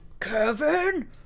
Kevin